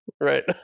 Right